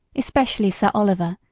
especially sir oliver,